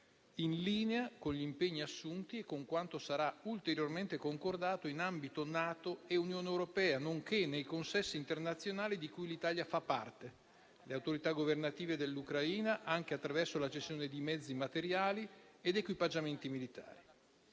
in linea con gli impegni assunti e con quanto sarà ulteriormente concordato in ambito NATO e Unione europea, nonché nei consessi internazionali di cui l'Italia fa parte, con le autorità governative dell'Ucraina, anche attraverso la gestione di mezzi, materiali ed equipaggiamenti militari.